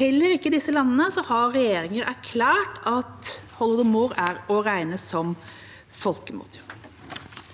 Heller ikke i disse landene har regjeringer erklært at holodomor er å regne som folkemord.